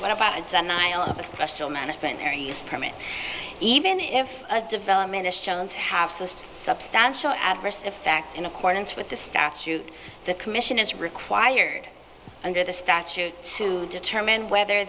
use permit even if a development is shown to have some substantial adverse effect in accordance with the statute the commission is required under the statute to determine whether